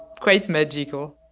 quite magical